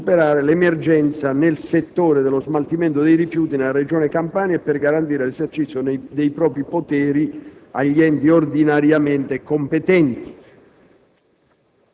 per superare l'emergenza nel settore dello smaltimento dei rifiuti nella regione Campania e per garantire l'esercizio dei propri poteri agli enti ordinariamente competenti»